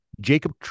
Jacob